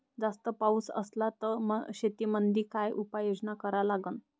जास्त पाऊस असला त शेतीमंदी काय उपाययोजना करा लागन?